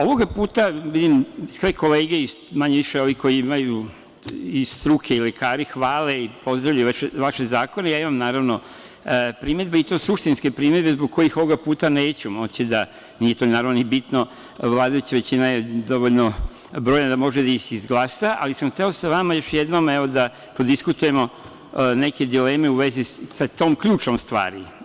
Ovog puta, vidim svoje kolege, manje više iz struke i lekari hvale i pozdravljaju vaše zakone, ja imam naravno primedbe i to suštinske primedbe oko kojih puta neću moći, a naravno to nije ni bitno, vladajuća većina je dovoljno brojna da može da izglasa, ali sam hteo sa vama da još jednom evo da prodiskutujemo neke dileme u vezi sa tom ključnom stvari.